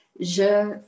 Je